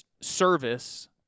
service